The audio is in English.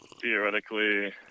Theoretically